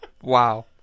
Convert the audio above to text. Wow